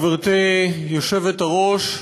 גברתי היושבת-ראש,